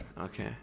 Okay